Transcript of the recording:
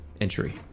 entry